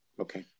Okay